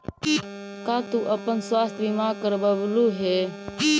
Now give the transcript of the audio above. का तू अपन स्वास्थ्य बीमा करवलू हे?